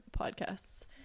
podcasts